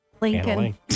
Lincoln